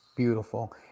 Beautiful